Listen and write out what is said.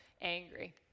angry